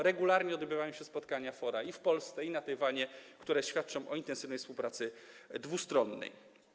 Regularnie odbywają się spotkania, fora, w Polsce i na Tajwanie, które świadczą o intensywnej współpracy dwustronnej.